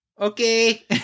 okay